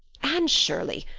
anne shirley,